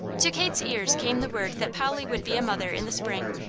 to kate's ears came the word that polly would be a mother in the spring,